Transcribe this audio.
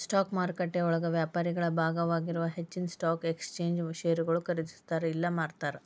stock ಮಾರುಕಟ್ಟೆಯೊಳಗ ವ್ಯಾಪಾರಿಗಳ ಭಾಗವಾಗಿರೊ ಹೆಚ್ಚಿನ್ ಸ್ಟಾಕ್ ಎಕ್ಸ್ಚೇಂಜ್ ಷೇರುಗಳನ್ನ ಖರೇದಿಸ್ತಾರ ಇಲ್ಲಾ ಮಾರ್ತಾರ